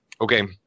okay